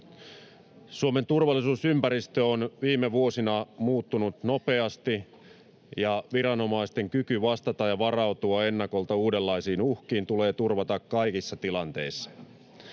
Suomen turvallisuusympäristö on viime vuosina muuttunut nopeasti. Viranomaisten kyky vastata ja varautua ennakolta uudenlaisiin uhkiin tulee turvata kaikissa tilanteissa.